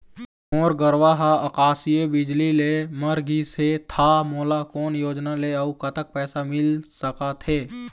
मोर गरवा हा आकसीय बिजली ले मर गिस हे था मोला कोन योजना ले अऊ कतक पैसा मिल सका थे?